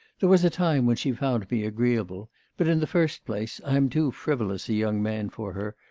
there was a time when she found me agreeable but, in the first place, i am too frivolous a young man for her,